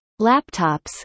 laptops